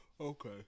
Okay